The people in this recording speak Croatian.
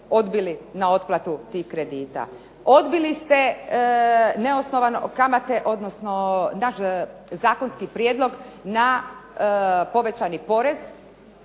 odbili na otplatu tih kredita, odbili ste neosnovane kamate, odnosno naš zakonski prijedlog na povećani porez,